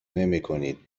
نمیکنید